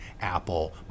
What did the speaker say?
Apple